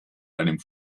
einem